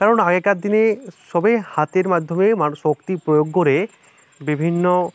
কারণ আগেকার দিনে সবই হাতের মাধ্যমে মানুষ শক্তি প্রয়োগ করে বিভিন্ন